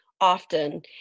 Often